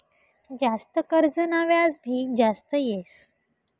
जास्त कर्जना व्याज भी जास्त येस